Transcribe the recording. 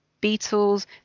beetles